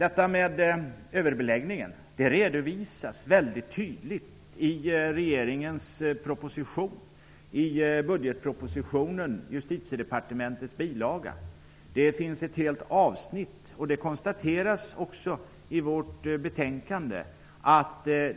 Att överbeläggningen är ett problem redovisas väldigt tydligt i regeringens proposition, i budgetpropositionen, bilaga 3, samt i justitieutskottets betänkande.